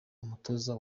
umutoza